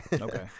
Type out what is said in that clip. okay